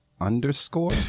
underscore